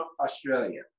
Australia